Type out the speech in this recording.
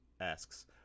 asks